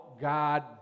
God